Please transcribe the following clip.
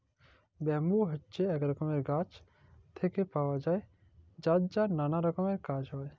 bamboo হছে ইক রকমের গাছ থেক্যে পাওয়া যায় যার ম্যালা রকমের কাজ হ্যয়